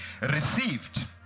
received